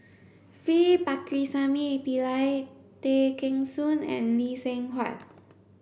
V Pakirisamy Pillai Tay Kheng Soon and Lee Seng Huat